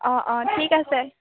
অঁ অঁ ঠিক আছে